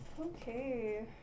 Okay